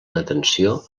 detenció